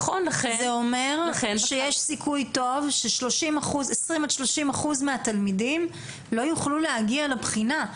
זה אומר שיש סיכוי טוב ש-20% עד 30% מהתלמידים לא יוכלו להגיע לבחינה.